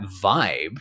vibe